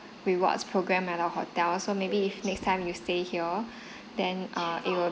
rewards programme at our hotel so maybe if next time you stay here then err it will